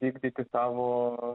vykdyti savo